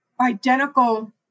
identical